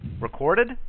recorded